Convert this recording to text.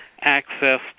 access